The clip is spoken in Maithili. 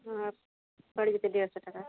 हँ पैरि जेतै डेढ़ सए टका